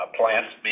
plants